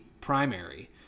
primary